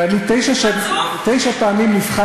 את כבר עם שתי קריאות לסדר, נו.